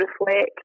reflect